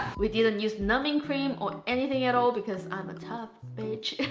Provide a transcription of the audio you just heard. we didn't use numbing cream or anything at all because i'm a tough bitch